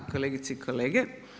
Kolegice i kolege.